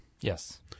Yes